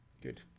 Good